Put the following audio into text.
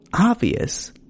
obvious